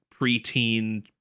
preteen